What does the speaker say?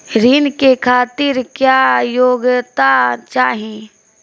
ऋण के खातिर क्या योग्यता चाहीं?